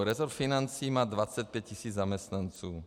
Resort financí má 25 tis. zaměstnanců.